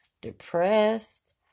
depressed